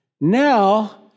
Now